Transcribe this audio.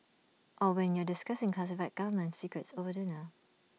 or when you're discussing classified government secrets over dinner